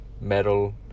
metal